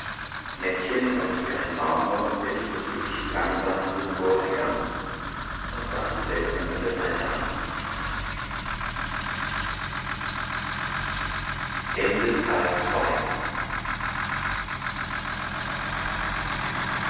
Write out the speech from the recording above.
nettchen weiß wie marmor wendete das gesicht langsam nach ihrem bräutigam und sah ihn seltsam von der seite an